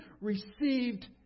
received